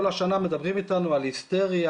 כל השנה מדברים איתנו על היסטריה,